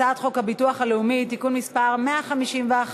הצעת חוק הביטוח הלאומי (תיקון מס' 151),